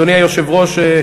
אדוני היושב-ראש,